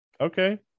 Okay